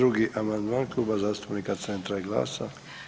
92. amandman Kluba zastupnika Centra i GLAS-a.